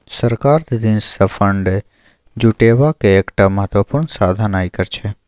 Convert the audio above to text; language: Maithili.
सरकार दिससँ फंड जुटेबाक एकटा महत्वपूर्ण साधन आयकर छै